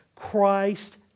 Christ